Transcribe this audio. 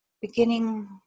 beginning